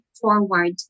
forward